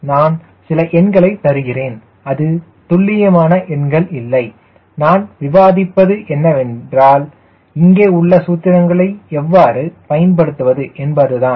நான் சில எண்களை தருகிறேன் அது துல்லியமான எண்கள் இல்லை நான் விவாதிப்பது என்றால் இங்கே உள்ள சூத்திரங்களை எவ்வாறு பயன்படுத்துவது என்பது தான்